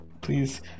please